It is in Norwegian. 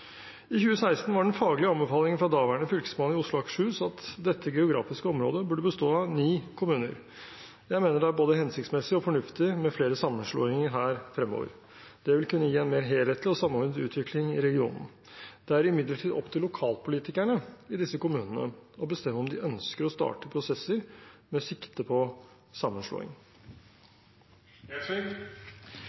I 2016 var den faglige anbefalingen fra daværende fylkesmann i Oslo og Akershus at dette geografiske området burde bestå av ni kommuner. Jeg mener det er både hensiktsmessig og fornuftig med flere sammenslåinger her fremover. Det vil kunne gi en mer helhetlig og samordnet utvikling i regionen. Det er imidlertid opp til lokalpolitikerne i disse kommunene å bestemme om de ønsker å starte prosesser med sikte på